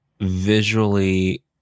visually